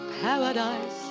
paradise